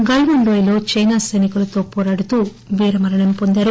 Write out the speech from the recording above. గల్నాన్ లోయలో చైనా సైనికులతో పోరాడుతూ ఆయన వీరమరణం పొందారు